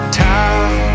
time